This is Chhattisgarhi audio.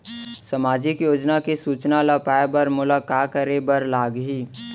सामाजिक योजना के सूचना ल पाए बर मोला का करे बर लागही?